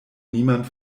niemand